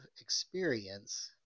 experience